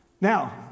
Now